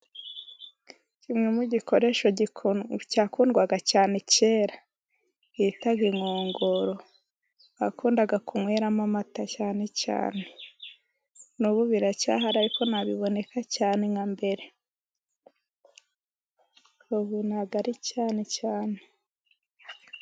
Kimwe mu gikoresho cyakundwaga cyane kera bitaga inkongoro. Bakundaga kunyweramo amata cyane cyane. N'ubu biracyahari ariko ntabwo biboneka cyane nka mbere. Ubu ntabwo ari cyane cyane.